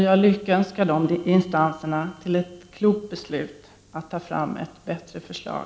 Jag lyckönskar dessa instanser till ett klokt beslut när det gäller att ta fram ett bättre förslag.